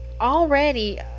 already